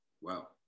wow